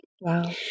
Wow